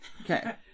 Okay